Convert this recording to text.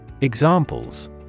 Examples